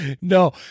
No